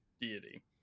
deity